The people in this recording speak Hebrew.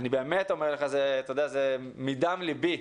אני אומר לך מדם ליבי,